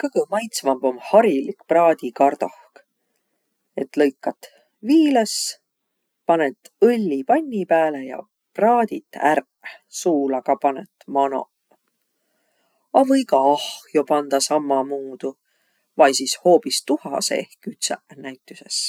Kõgõ maitsvamb om harilik praadikardohk. Et lõikat viiles, panõt õlli panni pääle ja praadit ärq, suula ka panõt manoq. A või ka ahjo pandaq sammamuudu. Vai sis hoobis tuha seeh kütsäq näütüses.